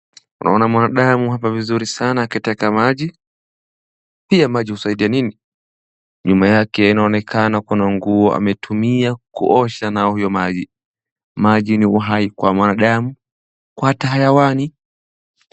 Naona mwanadamu hapa vizuri sana akiteka maji. Pia maji husaidia nini?.Nyuma yake inaonekana kuna nguo ametumia kuosha na huyo maji. Maji ni uhai kwa mwanadamu kwa hata hayawani.